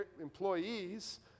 employees